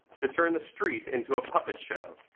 to turn the street into a puppet-show.